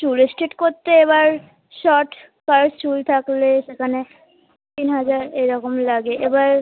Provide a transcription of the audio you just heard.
চুল স্ট্রেট করতে এবার শর্ট প্লাস চুল থাকলে সেখানে তিন হাজার এই রকমই লাগে এবার